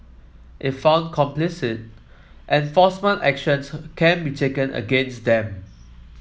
if found complicit enforcement actions can be taken against them